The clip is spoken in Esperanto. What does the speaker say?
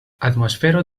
atmosfero